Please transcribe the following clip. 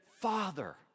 Father